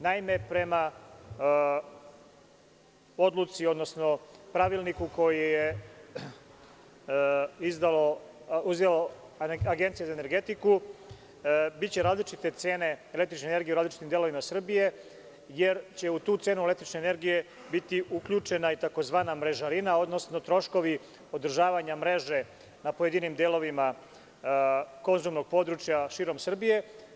Naime, prema odluci, odnosno Pravilniku koji je izdala Agencija za energetiku, biće različite cene električne energije u različitim delovima Srbije, jer će u tu cenu električne energije biti uključena i takozvana mrežarina, odnosno troškovi održavanja mreže na pojedinim delovima konzumnog područja širom Srbije.